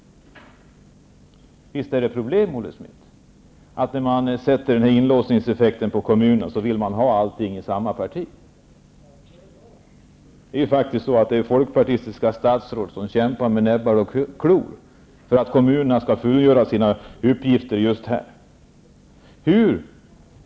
Visst blir det problem, Olle Schmidt, när man i ett parti sätter in inlåsningseffekten mot kommunerna och samtidigt i samma parti vill ha pengar till alla dessa reformer. Det är ju faktiskt folkpartistiska statsråd som kämpar med näbbar och klor för att kommunerna skall fullgöra sina uppgifter just inom de här områdena.